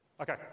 Okay